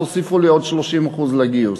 תוסיפו לי עוד 30% לגיוס.